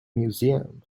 museum